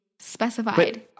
Specified